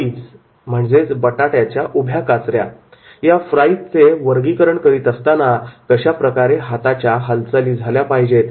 फ्राईजचे बटाटयाच्या उभ्या काचऱ्या वर्गीकरण करीत असताना कशाप्रकारे हाताच्या हालचाली झाल्या पाहिजे